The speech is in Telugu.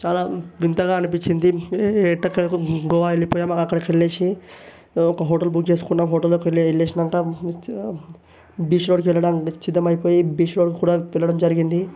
చాలా వింతగా అనిపిచ్చింది ఎట్టెకేలకు కో గోవా వెళ్ళి పోయాం అలా అక్కడికి వెళ్ళి ఒక హోటల్ బుక్ చేసుకున్నాం హోటల్లోకి వెళ్ళి వెళ్ళాక బీచ్ వరకు వెళ్ళడానికి నిశ్చితమయిపోయి బీచ్ వరకు కూడా వెళ్ళడం జరిగింది